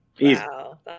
Wow